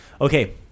Okay